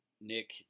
Nick